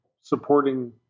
supporting